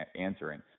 answering